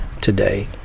today